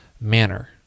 manner